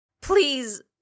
Please